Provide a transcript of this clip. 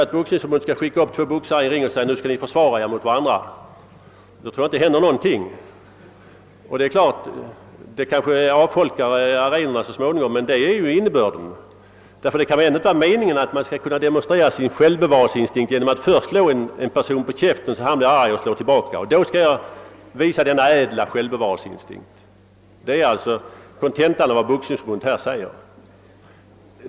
Om Boxningsförbundet skickar upp två boxare i ringen och säger att de skall försvara sig mot varandra, tror jag att det inte skulle hända någonting — möjligen skulle arenorna så småningom avfolkas. Men detta är alltså innebörden av Boxningsförbundets resonemang. Det kan väl ändå inte vara så, att man demonstrerar sin ädla självbevarelseinstinkt genom att först slå en person på käften, så att han blir arg och slår till baka? Men det är kontentan av vad Boxningsförbundet uttalar.